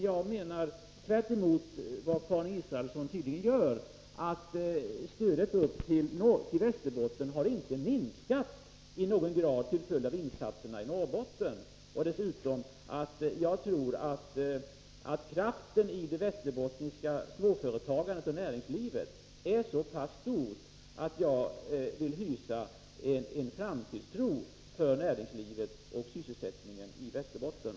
Jag menar — tvärtemot vad Karin Israelsson tydligen gör — att stödet till Västerbotten inte har minskat i någon grad till följd av insatserna i Norrbotten. Jag tror dessutom att kraften i det västerbottniska småföretagandet och näringslivet är så pass stort att man kan hysa framtidstro för näringslivet och sysselsättningen i Västerbotten.